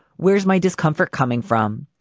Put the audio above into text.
where's my discomfort coming from?